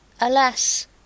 Alas